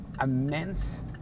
immense